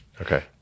Okay